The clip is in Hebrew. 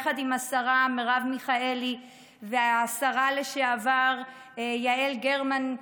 יחד עם השרה מרב מיכאלי והשרה לשעבר יעל גרמן,